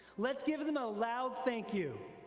let's give them a loud thank you.